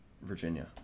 Virginia